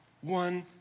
one